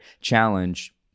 Challenge